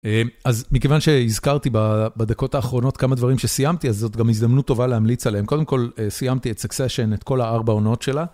אז מכיוון שהזכרתי בדקות האחרונות כמה דברים שסיימתי, אז זאת גם הזדמנות טובה להמליץ עליהם. קודם כל סיימתי את סקסיישן, את כל הארבע עונות שלה.